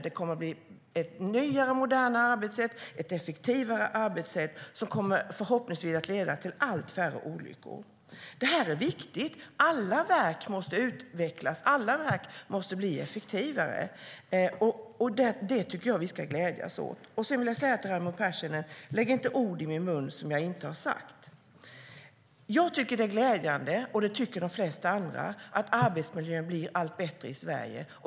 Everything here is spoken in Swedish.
Det kommer att resultera i ett nyare, modernare och effektivare arbetssätt som förhoppningsvis kommer att leda till allt färre olyckor. Det är viktigt. Alla verk måste utvecklas; alla verk måste bli effektivare. Det tycker jag att vi ska glädjas åt. Sedan vill jag säga till Raimo Pärssinen: Lägg inte ord i min mun som jag inte har sagt! Jag tycker att det är glädjande, och det tycker de flesta andra också, att arbetsmiljön blir allt bättre i Sverige.